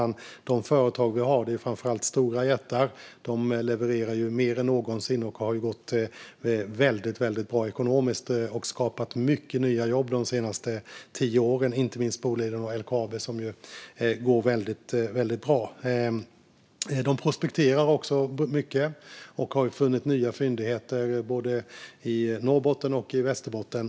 De företag som finns, stora jättar, levererar mer än någonsin och har gått bra ekonomiskt och skapat många nya jobb. Det gäller inte minst Boliden och LKAB, som går mycket bra. Företagen prospekterar mycket, och de har funnit nya fyndigheter i Norrbotten och Västerbotten.